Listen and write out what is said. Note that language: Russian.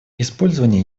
использование